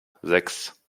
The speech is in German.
sechs